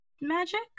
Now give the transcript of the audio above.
magic